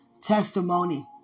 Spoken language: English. testimony